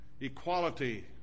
equality